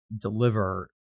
deliver